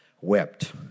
wept